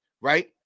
right